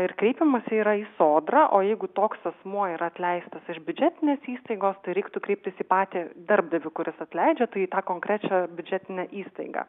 ir kreipiamasi yra į sodrą o jeigu toks asmuo yra atleistas iš biudžetinės įstaigos tai reiktų kreiptis į patį darbdavį kuris atleidžia tai į tą konkrečią biudžetinę įstaigą